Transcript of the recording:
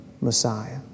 Messiah